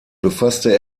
befasste